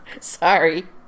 Sorry